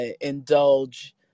indulge